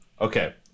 Okay